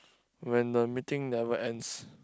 when the meeting never ends